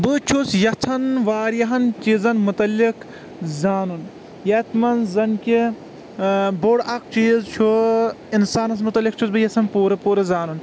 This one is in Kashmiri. بہٕ چھُس یژھان واریاہن چیٖزن مُتعلق زانُن یتھ منٛز زن کہِ بوٚڑ اکھ چیٖز چھُ انسانس مُتعلق چھُس بہٕ یژھان پوٗرٕ پوٗرٕ زانُن